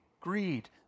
greed